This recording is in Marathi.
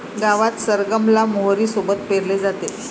गावात सरगम ला मोहरी सोबत पेरले जाते